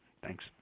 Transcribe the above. thanks